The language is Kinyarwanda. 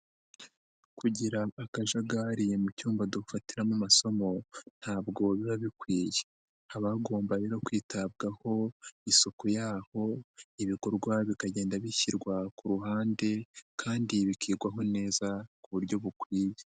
Kugira akajagari mu cyumba dufatiramo amasomo ntabwo biba bikwiye, haba hagomba rero kwitabwaho isuku yaho, ibikorwa bikagenda bishyirwa ku ruhande kandi bikigwaho neza ku buryo bukwiye.